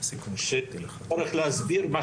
אחד